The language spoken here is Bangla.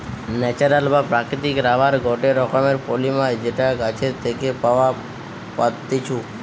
ন্যাচারাল বা প্রাকৃতিক রাবার গটে রকমের পলিমার যেটা গাছের থেকে পাওয়া পাত্তিছু